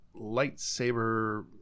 Lightsaber